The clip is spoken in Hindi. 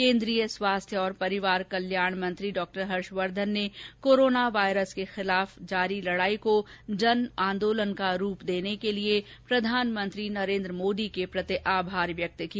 केन्द्रीय स्वास्थ्य और परिवार कल्याण मंत्री डॉ हर्षवर्धन ने कोरोना वायरस के खिलाफ जारी लडाई को जन आंदोलन का रूप देने के लिये प्रधानमंत्री नरेंद्र मोदी के प्रति आभार व्यक्त किया